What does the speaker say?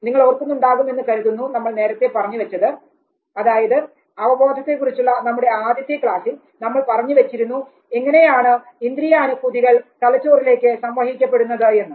നിങ്ങൾ ഓർക്കുന്നുണ്ടാകും എന്ന് കരുതുന്നു നമ്മൾ നേരത്തെ പറഞ്ഞു വച്ചത് അതായത് അവബോധത്തെ കുറിച്ചുള്ള നമ്മുടെ ആദ്യത്തെ ക്ലാസ്സിൽ നമ്മൾ പറഞ്ഞു വച്ചിരുന്നു എങ്ങനെയാണ് ഇന്ദ്രിയാനുഭൂതികൾ തലച്ചോറിലേക്ക് സംവഹിക്കപ്പെടുന്നത് എന്ന്